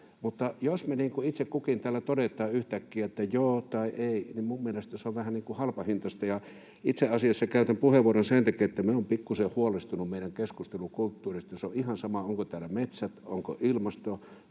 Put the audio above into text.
Mutta jos me itse kukin täällä todetaan yhtäkkiä, että ”joo” tai ”ei”, niin minun mielestäni se on vähän niin kuin halpahintaista. Itse asiassa käytän puheenvuoron sen takia, että minä olen pikkusen huolestunut meidän keskustelukulttuuristamme. Se on ihan sama, onko täällä metsät, onko ilmasto,